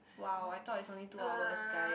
!wow! I thought is only two hours guys